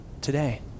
today